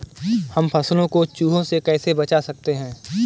हम फसलों को चूहों से कैसे बचा सकते हैं?